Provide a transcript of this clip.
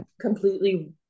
completely